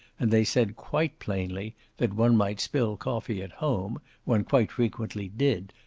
and they said quite plainly that one might spill coffee at home one quite frequently did,